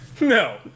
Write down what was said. No